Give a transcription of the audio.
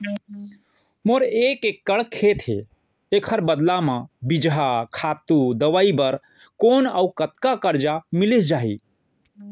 मोर एक एक्कड़ खेत हे, एखर बदला म बीजहा, खातू, दवई बर कोन अऊ कतका करजा मिलिस जाही?